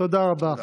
תודה רבה,